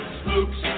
spooks